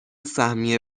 سهمیه